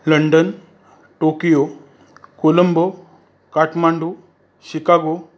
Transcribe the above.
London Tokyo Colombo Kathmandu Chicago